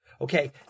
Okay